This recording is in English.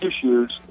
issues